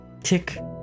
Tick